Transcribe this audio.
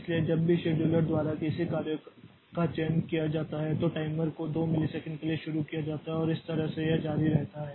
इसलिए जब भी शेड्यूलर द्वारा किसी कार्य का चयन किया जाता है तो टाइमर को 2 मिलीसेकंड के लिए शुरू किया जाता है और इस तरह से यह जारी रहता है